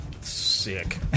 Sick